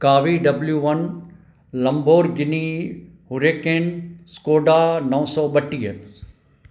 कावी W one Lamborghini Huracan Skoda नव सौ बटीह